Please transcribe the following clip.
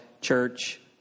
church